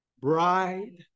bride